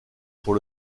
pour